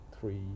three